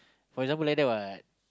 for example like that what